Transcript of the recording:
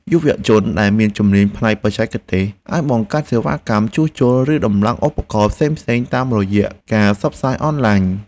យុវជនដែលមានជំនាញផ្នែកបច្ចេកទេសអាចបង្កើតសេវាកម្មជួសជុល ឬតម្លើងឧបករណ៍ផ្សេងៗតាមរយៈការផ្សព្វផ្សាយអនឡាញ។